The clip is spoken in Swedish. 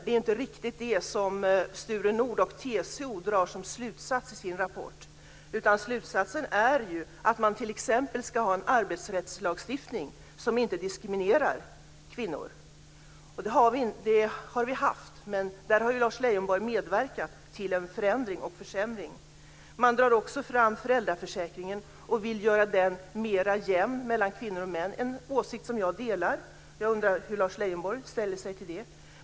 Det är inte riktigt den slutsatsen som Sture Nordh och TCO drar i sin rapport, utan slutsatsen är ju att man t.ex. ska ha en arbetsrättslagstiftning som inte diskriminerar kvinnor. Det har vi haft, men där har ju Lars Leijonborg medverkat till en förändring och försämring. Man drar också fram föräldraförsäkringen och vill göra den mera jämnt fördelad mellan kvinnor och män. Det är en åsikt som jag delar - jag undrar hur Lars Leijonborg ställer sig till det.